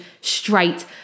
straight